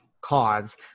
cause